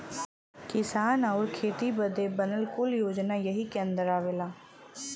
किसान आउर खेती बदे बनल कुल योजना यही के अन्दर आवला